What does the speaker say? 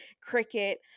cricket